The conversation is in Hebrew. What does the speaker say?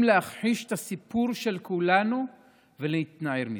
להכחיש את הסיפור של כולנו ולהתנער מזה.